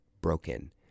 broken